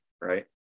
Right